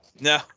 No